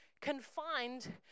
confined